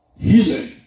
Healing